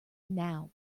now